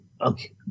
okay